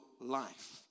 life